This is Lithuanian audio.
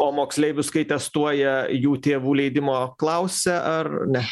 o moksleivius kai testuoja jų tėvų leidimo klausia ar ne